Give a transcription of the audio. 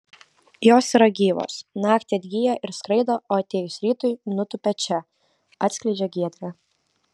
jos yra gyvos naktį atgyja ir skraido o atėjus rytui nutūpia čia atskleidžia giedrė